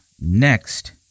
next